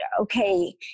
okay